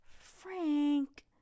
Frank